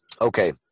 Okay